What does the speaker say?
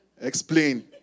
Explain